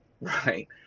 right